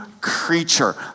creature